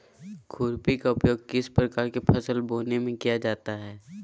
खुरपी का उपयोग किस प्रकार के फसल बोने में किया जाता है?